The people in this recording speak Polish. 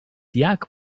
jak